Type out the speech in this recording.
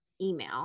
email